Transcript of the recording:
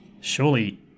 Surely